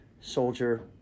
soldier